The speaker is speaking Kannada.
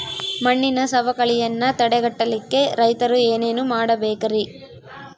ಮಣ್ಣಿನ ಸವಕಳಿಯನ್ನ ತಡೆಗಟ್ಟಲಿಕ್ಕೆ ರೈತರು ಏನೇನು ಮಾಡಬೇಕರಿ?